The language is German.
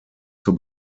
zur